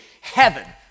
heaven